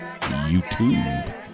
YouTube